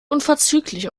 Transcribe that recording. unverzüglich